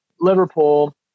Liverpool